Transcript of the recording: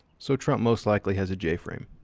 so trump most likely has a j frame.